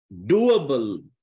doable